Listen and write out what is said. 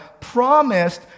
promised